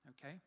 Okay